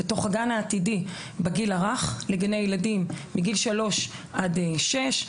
בתוך הגן העתידי בגיל הרך לגני הילדים מגיל שלוש עד שש.